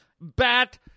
bat